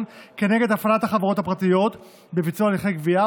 כנגד הפעלת החברות הפרטיות בביצוע הליכי גבייה,